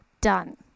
done